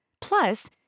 Plus